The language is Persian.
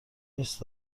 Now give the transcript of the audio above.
نیست